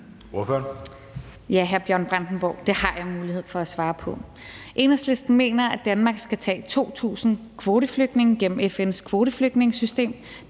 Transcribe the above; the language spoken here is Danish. Ja, hr. Bjørn Brandenborg, det har jeg mulighed for at svare på. Enhedslisten mener, at Danmark skal tage 2.000 kvoteflygtninge gennem FN's kvoteflygtningesystem.